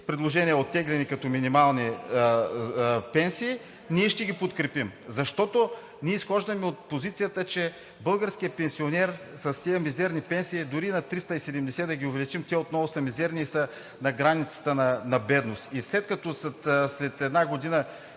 предложения като минимални пенсии, ние ще ги подкрепим. Ние изхождаме от позицията, че българският пенсионер с тези мизерни пенсии – дори на 370 лв. да ги увеличим, отново са мизерни и са на границата на бедност. Дано след една година